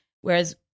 Whereas